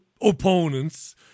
opponents